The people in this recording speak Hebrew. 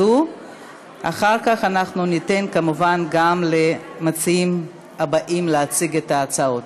ולכן אנחנו עוברים כרגע להצעת חוק